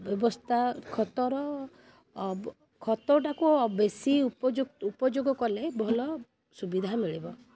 ବ୍ୟବସ୍ଥା ଖତର ଖତ ଟାକୁ ବେଶୀ ଉପଯୋଗ କଲେ ଭଲ ସୁବିଧା ମିଳିବ